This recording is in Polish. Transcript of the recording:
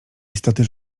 istoty